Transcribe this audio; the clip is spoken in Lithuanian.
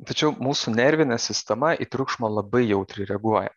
tačiau mūsų nervinė sistema į triukšmą labai jautriai reaguoja